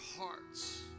hearts